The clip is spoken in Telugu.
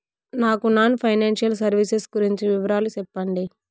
నాకు నాన్ ఫైనాన్సియల్ సర్వీసెస్ గురించి వివరాలు సెప్పండి?